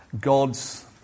God's